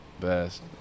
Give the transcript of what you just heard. best